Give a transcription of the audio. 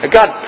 God